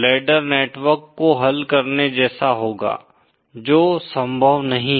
ladder network को हल करने जैसा होगा जो संभव नहीं है